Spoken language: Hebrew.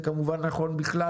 זה כמובן נכון בכלל,